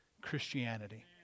Christianity